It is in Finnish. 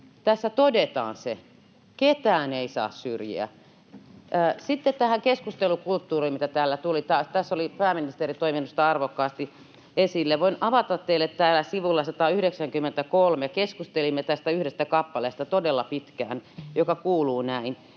Tässä todetaan se, että ketään ei saa syrjiä. Sitten tähän keskustelukulttuuriin, josta täällä tuli. Tässä pääministeri toi minusta arvokkaasti esille. Voin avata teille, että keskustelimme todella pitkään tästä yhdestä kappaleesta, joka on täällä sivulla 193 ja joka kuuluu näin: